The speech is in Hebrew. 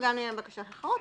וגם לעניין בקשות אחרות,